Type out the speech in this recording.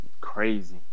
crazy